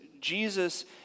Jesus